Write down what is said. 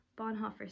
Bonhoeffer